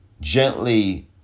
gently